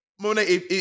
Monet